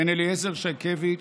בן אליעזר שייקביץ'